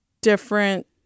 different